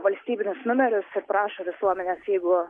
valstybinius numerius ir prašo visuomenės jeigu